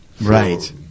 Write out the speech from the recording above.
Right